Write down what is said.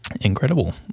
Incredible